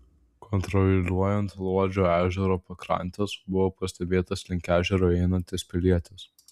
kontroliuojant luodžio ežero pakrantes buvo pastebėtas link ežero einantis pilietis